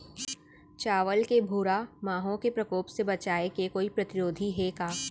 चांवल के भूरा माहो के प्रकोप से बचाये के कोई प्रतिरोधी हे का?